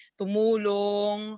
tumulong